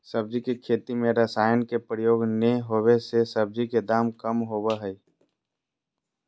सब्जी के खेती में रसायन के प्रयोग नै होबै से सब्जी के दाम कम होबो हइ